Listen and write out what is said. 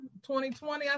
2020